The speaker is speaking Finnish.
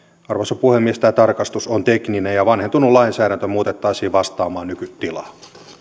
arvoisa puhemies tämä tarkastus on tekninen ja vanhentunut lainsäädäntö muutettaisiin vastaamaan nykytilaa